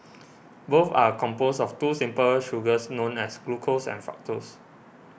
both are composed of two simple sugars known as glucose and fructose